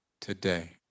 today